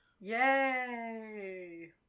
Yay